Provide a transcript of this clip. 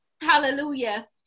Hallelujah